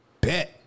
bet